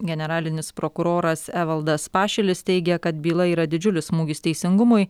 generalinis prokuroras evaldas pašilis teigia kad byla yra didžiulis smūgis teisingumui